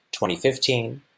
2015